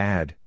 Add